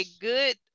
good